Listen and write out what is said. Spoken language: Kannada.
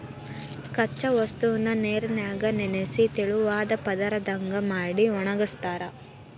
ಕಚ್ಚಾ ವಸ್ತುನ ನೇರಿನ್ಯಾಗ ನೆನಿಸಿ ತೆಳುವಾದ ಪದರದಂಗ ಮಾಡಿ ಒಣಗಸ್ತಾರ